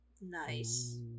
Nice